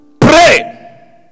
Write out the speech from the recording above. pray